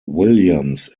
williams